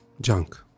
junk